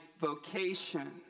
vocation